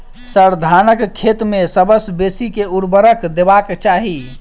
sir, धानक खेत मे सबसँ बेसी केँ ऊर्वरक देबाक चाहि